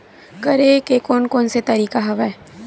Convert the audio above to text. करे के कोन कोन से तरीका हवय?